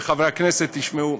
וחברי הכנסת ישמעו,